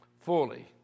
fully